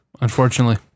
unfortunately